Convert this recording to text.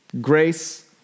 Grace